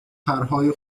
پرهای